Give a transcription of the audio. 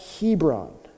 Hebron